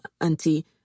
Auntie